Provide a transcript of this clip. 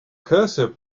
cursor